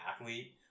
athlete